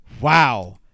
Wow